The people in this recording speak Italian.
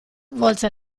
volse